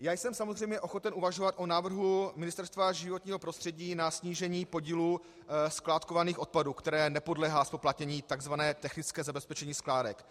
Já jsem samozřejmě ochoten uvažovat o návrhu Ministerstva životního prostředí na snížení podílu skládkovaných odpadů, které nepodléhá zpoplatnění, takzvané technické zabezpečení skládek.